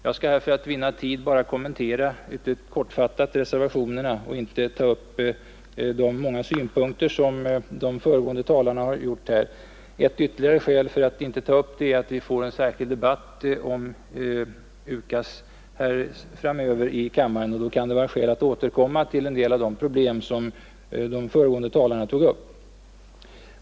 Jag skall för att vinna tid bara kortfattat kommentera reservationerna och inte ta upp de många synpunkter som de föregående talarna har framfört. Ett ytterligare skäl för att inte ta upp dessa frågor är att vi får en särskild debatt om UKAS framöver i kammaren, och då kan det finnas anledning att återkomma till en del av de problem som de föregående talarna tog upp.